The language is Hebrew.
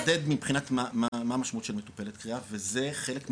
אז אני אחדד מבחינת מה המשמעות של מטופלת קריאה וזה חלק מהעניינים.